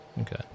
okay